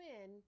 win